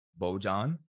Bojan